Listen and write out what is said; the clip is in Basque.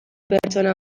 pertsona